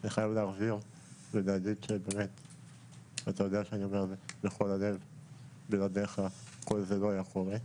להחזיר ולהגיד תודה מכל הלב כי בלעדיך כל זה לא היה קורה.